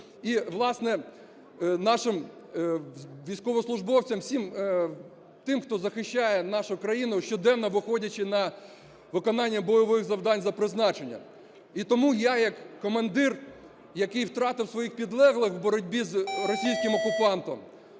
і, власне, нашим військовослужбовцям, всім тим, хто захищає нашу країну, щоденно виходячи на виконання бойових завдань за призначенням. І тому я як командир, який втратив своїх підлеглих в боротьбі з російським окупантом,